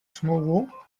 smlouvu